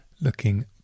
looking